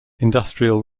industrial